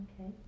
Okay